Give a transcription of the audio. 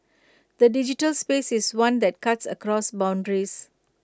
the digital space is one that cuts across boundaries